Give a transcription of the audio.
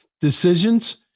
Decisions